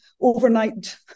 overnight